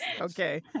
Okay